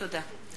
תודה.